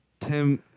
Tim